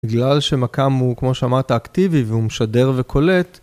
בגלל שמכ״ם הוא, כמו שאמרת, אקטיבי והוא משדר וקולט.